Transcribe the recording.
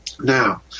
Now